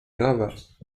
gravats